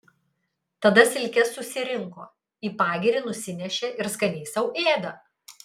tada silkes susirinko į pagirį nusinešė ir skaniai sau ėda